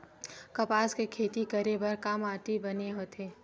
कपास के खेती करे बर का माटी बने होथे?